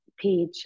page